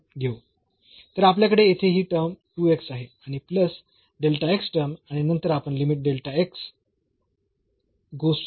तर आपल्याकडे येथे ही टर्म आहे आणि प्लस टर्म आणि नंतर आपण लिमिट अशी घेतो